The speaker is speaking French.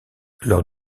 lors